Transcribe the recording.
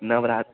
नवरात्रिः